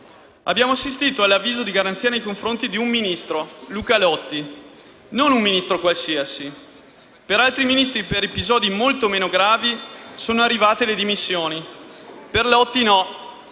Abbiamo assistito all'avviso di garanzia nei confronti di un Ministro, Luca Lotti. Non un Ministro qualsiasi. Per altri Ministri, per episodi molto meno gravi sono arrivate le dimissioni. Per Lotti no.